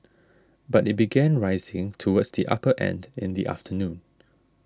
but it began rising towards the upper end in the afternoon